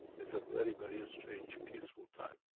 is a very, very ah strange peaceful time.